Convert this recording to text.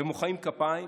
ומוחאים כפיים.